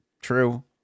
true